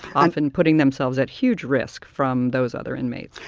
often putting themselves at huge risk from those other inmates.